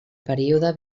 període